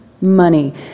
Money